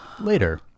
Later